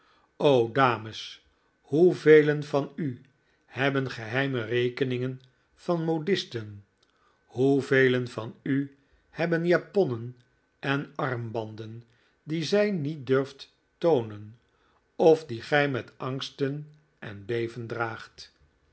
o dames hoevelen van u hebben geheime rekeningen van modisten hoevelen van u hebben japonnen en armbanden die gij niet durft toonen of die gij met angsten en beven draagt